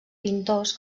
pintors